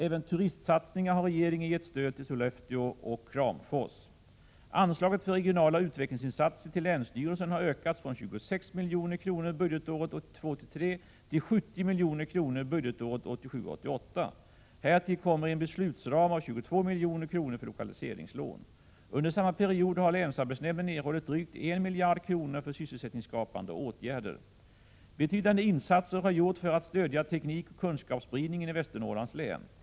Även till turistsatsningar i Sollefteå och Kramfors har regeringen gett stöd. Anslaget för regionala utvecklingsinsatser till länsstyrelsen har ökats från 26 milj.kr. budgetåret 1982 88. Härtill kommer en beslutsram av 22 milj.kr. för lokaliseringslån. Under samma period har länsarbetsnämnden erhållit drygt 1 miljard kronor för sysselsättningsskapande åtgärder. Betydande insatser har gjorts för att stödja teknikoch kunskapsspridning 35 eni Västernorrlands län.